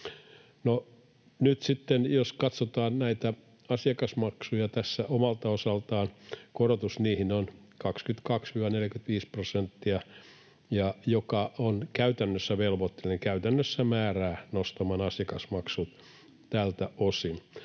osaltaan, niin korotus niihin on 22—45 prosenttia, ja se on käytännössä velvoittava eli käytännössä määrää nostamaan asiakasmaksut tältä osin.